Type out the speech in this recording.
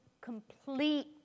complete